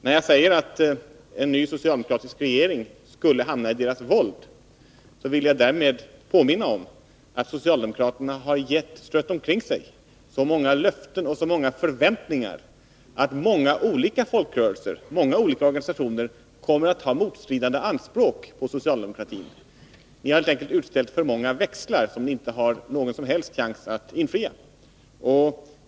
När jag säger att en ny socialdemokratisk regering skulle hamna i deras våld, vill jag därmed påminna om att socialdemokraterna har strött omkring sig så många löften och skapat så många förväntningar att en mängd olika folkrörelser kommer att ha motstridiga anspråk på socialdemokratin. Ni har helt enkelt utställt växlar, som ni inte har någon som helst chans att lösa in.